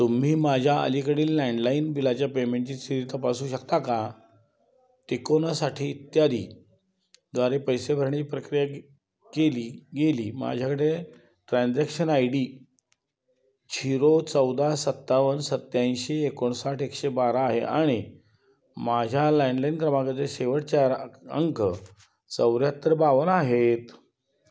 तुम्ही माझ्या अलीकडील लँडलाईन बिलाच्या पेमेंटची स्थिती तपासू शकता का टिकोनासाठी इत्यादीद्वारे पैसे भरण्याची प्रक्रिया केली गेली माझ्याकडे ट्रान्झॅक्शन आय डी झिरो चौदा सत्तावन्न सत्याऐंशी एकोणसाठ एकशे बारा आहे आणि माझ्या लँनलाइन क्रमांकाचे शेवटचे चार अंक चौऱ्याहत्तर बावन्न आहेत